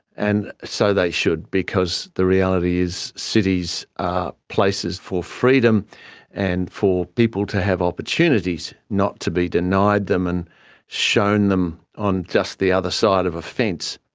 and so they should because the reality is cities are places for freedom and for people to have opportunities not to be denied them and shown them on just the other side of a fence.